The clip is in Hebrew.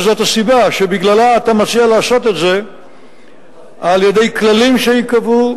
שזאת הסיבה שבגללה אתה מציע לעשות את זה על-ידי כללים שייקבעו